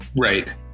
Right